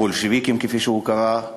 הבולשביקים, כפי שהוא קרא לזה,